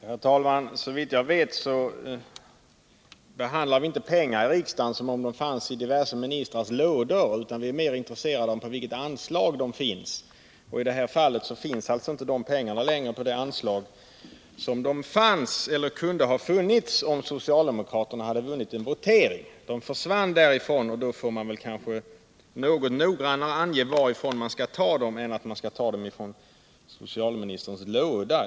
Herr talman! Såvitt jag vet brukar vi inte här i riksdagen tala om pengar som om de fanns i olika ministrars lådor. Vi är mer intresserade av under vilket anslag de finns. I detta fall är pengarna inte längre kvar på det anslag där de fanns — eller kunde ha funnits, om socialdemokraterna hade vunnit en votering. De försvann från det anslaget, och då får man något noggrannare ange varifrån man skall ta pengar till dessa extra platser och inte säga, att man skall ta dem från socialministerns låda.